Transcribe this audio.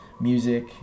music